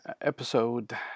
episode